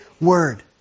word